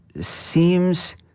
seems